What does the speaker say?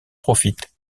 profite